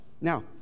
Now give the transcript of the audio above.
Now